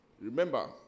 Remember